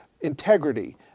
integrity